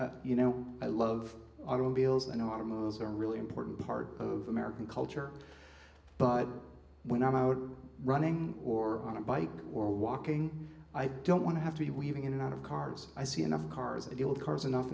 you know i love automobiles and automobiles are really important part of american culture but when i'm out running or on a bike or walking i don't want to have to be weaving in and out of cards i see enough cars and build cars enough